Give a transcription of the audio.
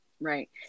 Right